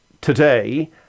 today